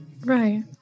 Right